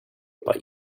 but